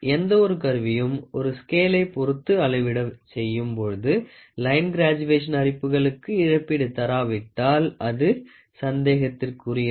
எந்த ஒரு கருவியும் ஒரு ஸ்கேலை பொருத்து அளவீடு செய்யும் பொழுது லைன் கிராஜுவேஷன் அரிப்புகளுக்கு இழப்பீடு தராவிட்டால் அது சந்தேகத்திற்குரியது